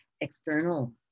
external